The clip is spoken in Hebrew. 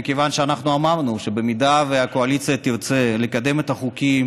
מכיוון שאנחנו אמרנו שבמידה שהקואליציה תרצה לקדם את החוקים